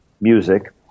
music